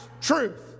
truth